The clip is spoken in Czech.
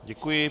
Děkuji.